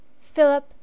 Philip